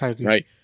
Right